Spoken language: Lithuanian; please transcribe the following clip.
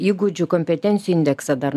įgūdžių kompetencijų indeksą dar